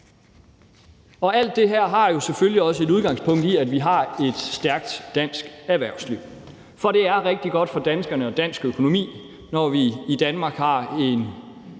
alt det har jo selvfølgelig også et udgangspunkt i, at vi har et stærkt dansk erhvervsliv, for det er rigtig godt for danskerne og dansk økonomi, når vi i Danmark har en